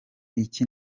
iki